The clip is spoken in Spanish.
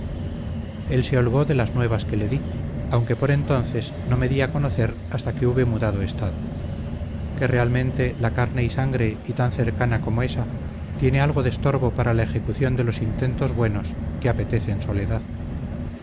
se holgó de las nuevas que le di aunque por entonces no me di a conocer hasta que hube mudado estado que realmente la carne y sangre y tan cercana como esa tiene algo de estorbo para la ejecución de los intentos buenos que apetecen soledad